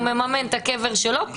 מממנים את הכול דרך המסים שלנו.